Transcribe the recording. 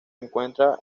encuentra